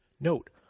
Note